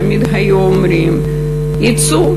תמיד היו אומרים: יצאו,